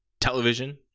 television